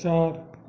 चौक